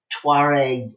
Tuareg